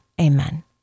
amen